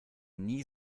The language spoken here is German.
nie